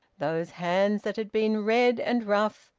those hands that had been red and rough,